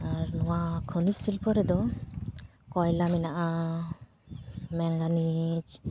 ᱟᱨ ᱱᱚᱣᱟ ᱠᱷᱚᱱᱤᱡᱽ ᱥᱤᱞᱯᱚ ᱨᱮᱫᱚ ᱠᱚᱭᱞᱟ ᱢᱮᱱᱟᱜᱼᱟ ᱢᱮᱝᱜᱟᱱᱤᱡᱽ